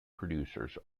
producers